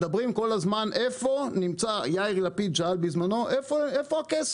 מדברים כל הזמן איפה נמצא יאיר לפיד שאל בזמנו איפה הכסף,